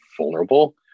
vulnerable